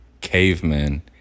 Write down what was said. cavemen